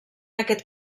aquest